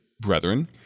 Brethren